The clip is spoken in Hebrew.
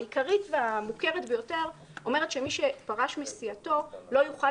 העיקרית והמוכרת ביותר אומרת שמי שפרש מסיעתו לא יוכל